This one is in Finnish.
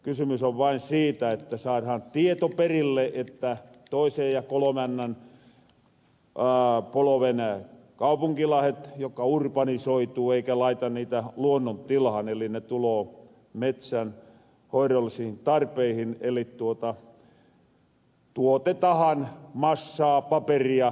kysymys on vain siitä että saarahan tieto perille että toisen ja kolomannen polven kaupunkilaahet jotka urbanisoituu ei laita niitä luonnontilahan eli ne tuloo metsänhoirollisiin tarpeihin eli tuotehan massaa paperia